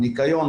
ניקיון,